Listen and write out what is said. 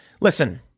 Listen